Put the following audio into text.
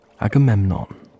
Agamemnon